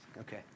Okay